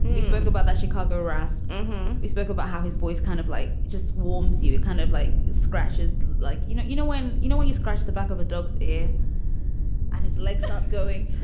he spoke about that chicago race he spoke about how his voice kind of like just warms you kind of like scratches like, you know, you know, when you know, when you scratch the back of a dog's ear and his leg starts going,